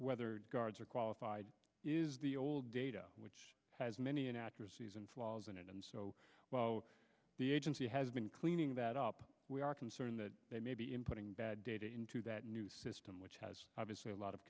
whether guards are qualified is the old data which has many inaccuracies and flaws in it and so while the agency has been cleaning that up we are concerned that they may be inputting bad data into that new system which has obviously a lot of